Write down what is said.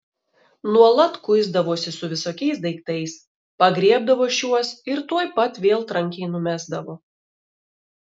nuolat kuisdavosi su visokiais daiktais pagriebdavo šiuos ir tuoj pat vėl trankiai numesdavo